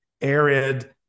arid